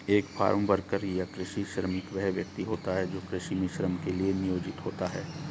एक farm worker या कृषि श्रमिक वह व्यक्ति होता है जो कृषि में श्रम के लिए नियोजित होता है